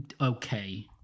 okay